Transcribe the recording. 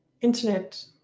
internet